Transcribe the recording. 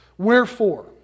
Wherefore